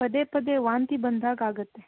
ಪದೇ ಪದೇ ವಾಂತಿ ಬಂದ ಹಾಗೆ ಆಗುತ್ತೆ